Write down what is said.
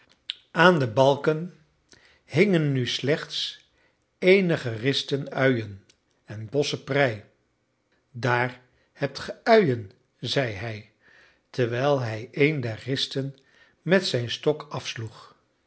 aan de balken hingen nu slechts eenige risten uien en bossen prij daar hebt ge uien zeide hij terwijl hij een der risten met zijn stok afsloeg